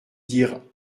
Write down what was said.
dire